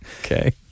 okay